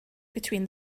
between